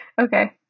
okay